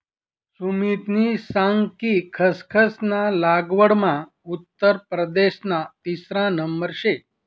सुमितनी सांग कि खसखस ना लागवडमा उत्तर प्रदेशना तिसरा नंबर शे